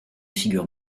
figures